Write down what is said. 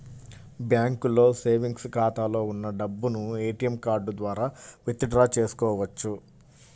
బ్యాంకులో సేవెంగ్స్ ఖాతాలో ఉన్న డబ్బును ఏటీఎం కార్డు ద్వారా విత్ డ్రా చేసుకోవచ్చు